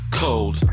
cold